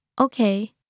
okay